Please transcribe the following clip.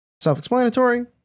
Self-explanatory